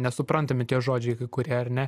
nesuprantami tie žodžiai kai kurie ar ne